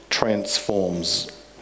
transforms